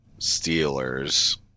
Steelers